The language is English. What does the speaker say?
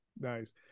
Nice